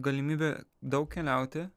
galimybę daug keliauti